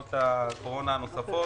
חבילות הקורונה הנוספות.